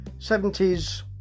70s